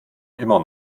immer